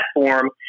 platform